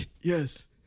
Yes